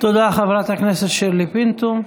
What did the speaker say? תודה, חברת הכנסת שירלי פינטו.